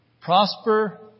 Prosper